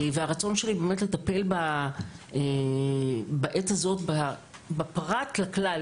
והרצון שלי באמת לטפל בעת הזאת בפרט לכלל,